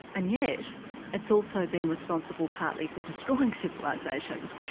and yet it's also been responsible partly for destroying civilisations.